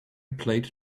plaid